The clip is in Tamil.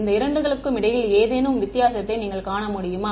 இந்த இரண்டுக்கும் இடையில் ஏதேனும் வித்தியாசத்தை நீங்கள் காண முடியுமா